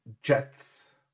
Jets